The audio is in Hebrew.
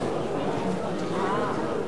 שמורות טבע,